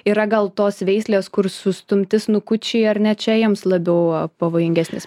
yra gal tos veislės kur sustumti snukučiai ar ne čia jiems labiau pavojingesnis